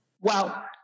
wow